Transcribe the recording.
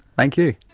thank you.